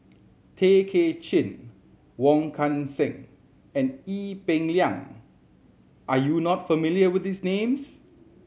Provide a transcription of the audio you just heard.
Tay Kay Chin Wong Kan Seng and Ee Peng Liang are you not familiar with these names